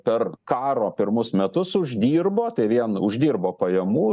per karo pirmus metus uždirbo tai vien uždirbo pajamų